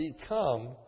become